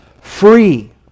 free